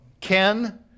Ken